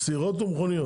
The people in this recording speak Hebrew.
סירות או מכוניות?